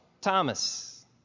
Thomas